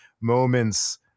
moments